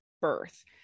birth